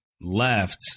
left